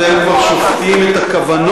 אתם כבר שופטים את הכוונות.